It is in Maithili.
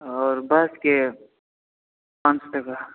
आओर बसके पाँच सए टाका